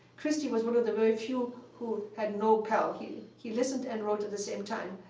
christy was one of the very few who had no pal. he he listened and wrote at the same time.